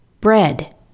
bread